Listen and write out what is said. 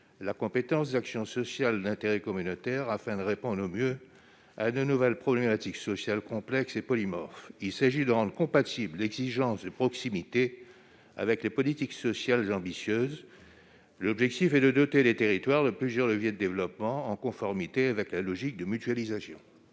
la compétence d'action sociale d'intérêt communautaire, afin de répondre au mieux à de nouvelles problématiques sociales complexes et polymorphes. Il s'agit de rendre compatible l'exigence de proximité avec des politiques sociales ambitieuses. L'objectif est de doter les territoires de plusieurs leviers de développement en conformité avec la logique de mutualisation.